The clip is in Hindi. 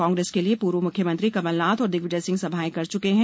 कांग्रेस के लिए पूर्व मुख्यमंत्री कमलनाथ और दिग्विजय सिंह सभाएं कर चुके हैं